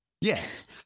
Yes